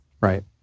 Right